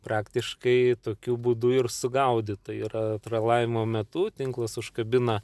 praktiškai tokiu būdu ir sugaudyta yra tralavimo metu tinklas užkabina